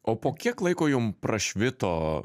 o po kiek laiko jum prašvito